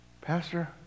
Pastor